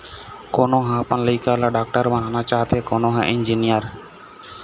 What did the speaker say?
कोनो ह अपन लइका ल डॉक्टर बनाना चाहथे, कोनो ह इंजीनियर